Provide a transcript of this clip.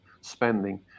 spending